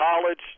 college